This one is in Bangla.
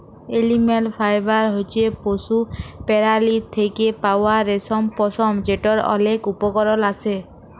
এলিম্যাল ফাইবার হছে পশু পেরালীর থ্যাকে পাউয়া রেশম, পশম যেটর অলেক উপকরল আসে